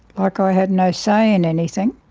like i had no say in anything.